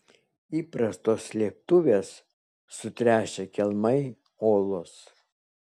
įprastos slėptuvės sutręšę kelmai olos